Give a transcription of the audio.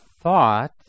thought